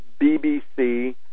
BBC